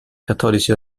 cattolici